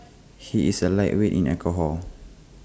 he is A lightweight in alcohol